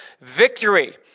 victory